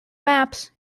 maps